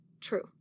true